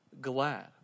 glad